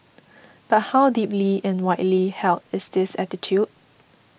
but how deeply and widely held is this attitude